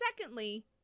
secondly